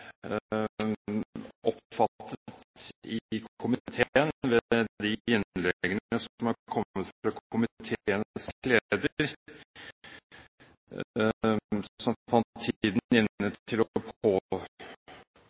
oppfattet i kommunalkomiteen, ved de innleggene som har kommet fra komiteens leder, som fant tiden inne til å påpeke eventuelle italienske forbilder for representanten Helleland, hvilket jeg tror ligger litt på